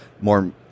more